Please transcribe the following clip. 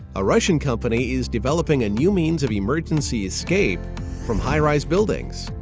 a russian company is developing a new means of emergency escape from high rise buildings.